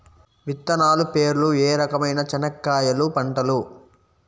విత్తనాలు పేర్లు ఏ రకమైన చెనక్కాయలు పంటలు?